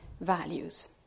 values